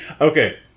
Okay